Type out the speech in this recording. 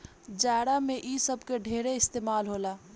जाड़ा मे इ सब के ढेरे इस्तमाल होला